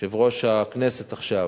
היושב-ראש עכשיו,